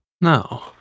No